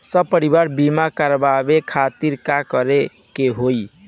सपरिवार बीमा करवावे खातिर का करे के होई?